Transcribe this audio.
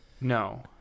No